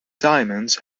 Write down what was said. diamonds